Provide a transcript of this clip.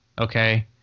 okay